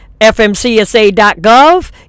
FMCSA.gov